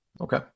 Okay